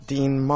Dean